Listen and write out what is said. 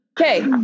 Okay